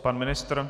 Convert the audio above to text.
Pan ministr?